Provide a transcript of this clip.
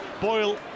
Boyle